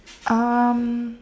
um